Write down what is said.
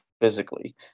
physically